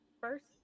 first